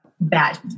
bad